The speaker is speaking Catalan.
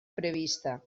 prevista